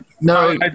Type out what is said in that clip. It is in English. No